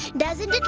doesn't